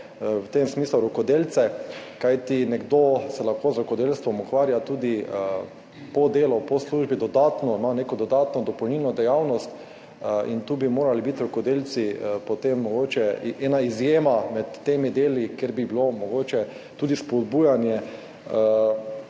v tem smislu rokodelce, kajti nekdo se lahko z rokodelstvom ukvarja tudi po delu, po službi, ima neko dodatno dopolnilno dejavnost, in tu bi morali biti rokodelci potem mogoče ena izjema med temi deli, kar bi bilo mogoče tudi spodbujanje